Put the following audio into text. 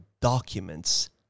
documents